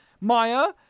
Maya